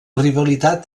rivalitat